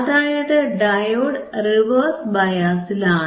അതായത് diode reverse ബയാസിൽ ആണ്